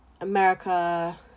America